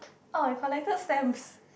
oh we collected stamps